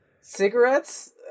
Cigarettes